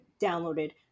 downloaded